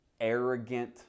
arrogant